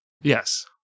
Yes